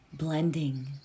Blending